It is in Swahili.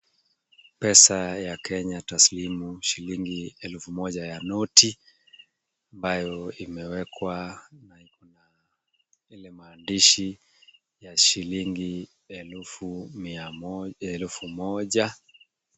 Pesa ya Kenya taslimu shilingi elfu moja ya noti, ambayo imewekwa na Iko na ile maandishi, ya shilingi elfu mia moja, elfu moja.